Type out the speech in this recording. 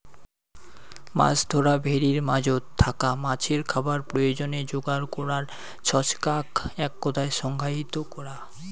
মাছ ধরা ভেরির মাঝোত থাকা মাছের খাবার প্রয়োজনে যোগার করার ছচকাক এককথায় সংজ্ঞায়িত করা